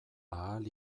ahal